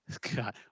god